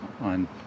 on